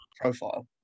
profile